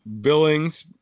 Billings